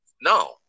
No